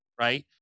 right